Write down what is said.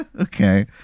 okay